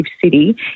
city